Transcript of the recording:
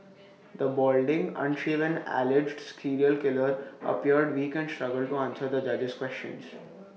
the balding unshaven alleged serial killer appeared weak and struggled to answer the judge's questions